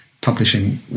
publishing